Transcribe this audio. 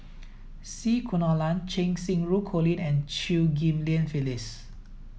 C Kunalan Cheng Xinru Colin and Chew Ghim Lian Phyllis